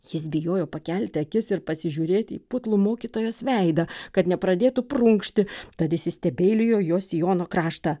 jis bijojo pakelti akis ir pasižiūrėti į putlų mokytojos veidą kad nepradėtų prunkšti tad įsistebeilijo į jos sijono kraštą